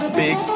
big